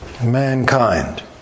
mankind